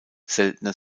seltener